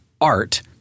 art